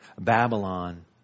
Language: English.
Babylon